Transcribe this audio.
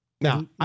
Now